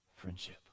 friendship